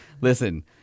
listen